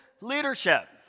Leadership